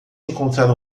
encontrar